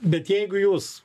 bet jeigu jūs